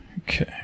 Okay